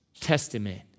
Testament